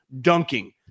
dunking